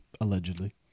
Allegedly